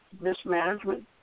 mismanagement